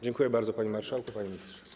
Dziękuję bardzo, panie marszałku, panie ministrze.